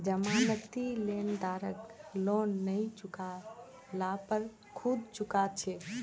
जमानती लेनदारक लोन नई चुका ल पर खुद चुका छेक